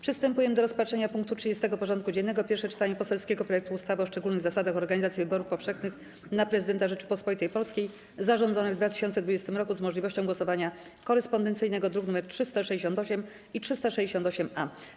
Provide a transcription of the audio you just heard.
Przystępujemy do rozpatrzenia punktu 30. porządku dziennego: Pierwsze czytanie poselskiego projektu ustawy o szczególnych zasadach organizacji wyborów powszechnych na Prezydenta Rzeczypospolitej Polskiej zarządzonych w 2020 r. z możliwością głosowania korespondencyjnego (druki nr 368 i 368-A)